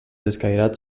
escairats